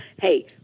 hey